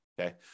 okay